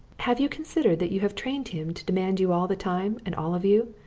have you considered that you have trained him to demand you all the time and all of you?